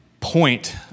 point